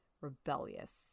rebellious